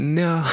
no